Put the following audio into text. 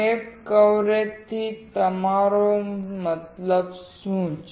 step કવરેજથી તમારો મતલબ શું છે